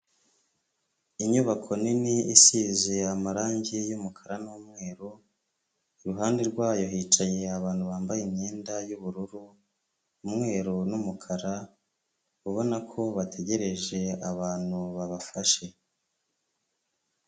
Inyubako nini isize amarangi y'umukara n'umweru, iruhande rwayo hicaye abantu bambaye imyenda y'ubururu, umweru n'umukara, ubona ko bategereje abantu babafashe.